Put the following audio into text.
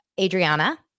Adriana